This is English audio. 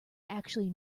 actually